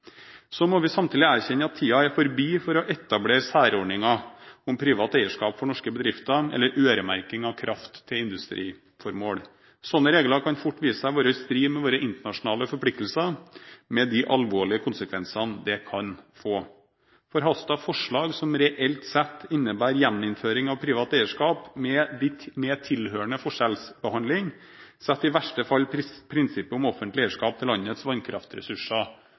Så må vi samtidig erkjenne at tiden er forbi for å etablere særordninger om privat eierskap for norske bedrifter, eller øremerking av kraft til industriformål. Slike regler kan fort vise seg å være i strid med våre internasjonale forpliktelser, med de alvorlige konsekvensene det kan få. Forhastede forslag som reelt sett innebærer gjeninnføring av privat eierskap, med tilhørende forskjellsbehandling, setter i verste fall prinsippet om offentlig eierskap til landets vannkraftressurser